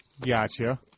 Gotcha